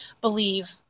believe